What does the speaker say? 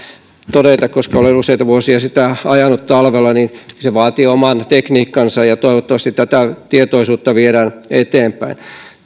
todeta koska olen useita vuosia sitä ajanut talvella se vaatii oman tekniikkansa ja toivottavasti tätä tietoisuutta viedään eteenpäin